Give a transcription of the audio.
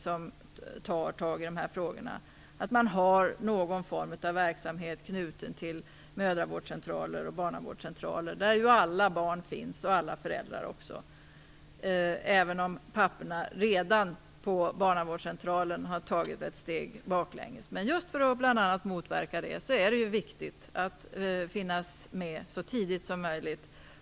Man har någon form av verksamhet knuten till mödravården och barnavårdscentraler där ju alla barn föräldrar finns, även om papporna redan tagit ett steg tillbaka. För att motverka bl.a. detta är det viktigt att finnas med så tidigt som möjligt.